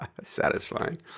Satisfying